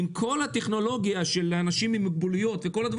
עם כל הטכנולוגיה של אנשים עם מוגבלויות וכולי,